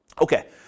Okay